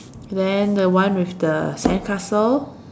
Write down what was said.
then the one with the sandcastle